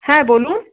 হ্যাঁ বলুন